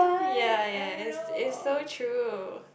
ya ya it's it's so true